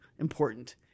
important